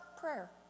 prayer